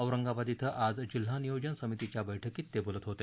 औरंगाबाद धिं आज जिल्हा नियोजन समितीच्या बैठकीत ते बोलत होते